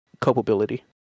culpability